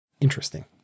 interesting